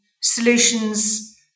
solutions